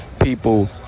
people